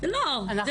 זה לא רציני.